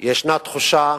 ישנה תחושה